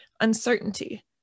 uncertainty